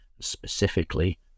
specifically